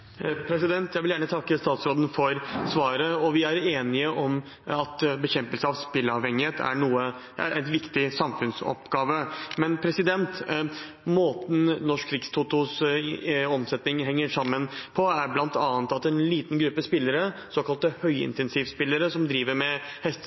Jeg vil gjerne takke statsråden for svaret. Vi er enige om at bekjempelse av spillavhengighet er en viktig samfunnsoppgave. Men måten Norsk Rikstotos omsetning henger sammen på, er bl.a. at en liten gruppe spillere, såkalte